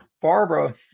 Barbara